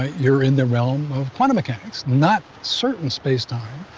you're in the realm of quantum mechanics, not certain spacetime,